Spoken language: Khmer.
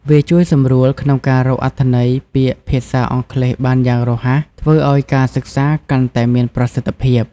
វាជួយសម្រួលក្នុងការរកអត្ថន័យពាក្យភាសាអង់គ្លេសបានយ៉ាងរហ័ស ធ្វើឱ្យការសិក្សាកាន់តែមានប្រសិទ្ធភាព។